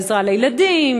עזרה לילדים,